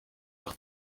par